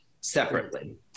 separately